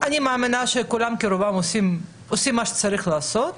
ואני מאמינה שרובם ככולם עושים את מה שצריך לעשות,